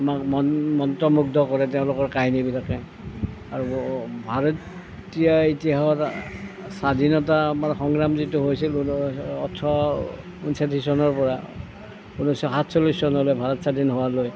আমাক মন মন্ত্ৰমুগ্ধ কৰে তেওঁলোকৰ কাহিনীবিলাকে আৰু ভাৰতীয় ইতিহাসৰ স্বাধীনতা আমাৰ সংগ্ৰাম যিটো হৈছিল ওঠৰশ ঊনচল্লিশ চনৰ পৰা ঊনৈছশ সাতচল্লিশ চনলৈ ভাৰত স্বাধীন হোৱালৈ